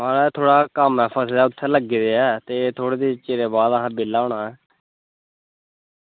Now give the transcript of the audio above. माराज थोह्ड़ा कम्म ऐ फसे दा उत्थै लग्गे दे ऐ ते थोह्ड़े चिरे बाद असै बेल्ला होना ऐ